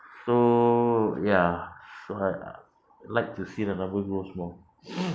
so ya so I uh like to see the number grows more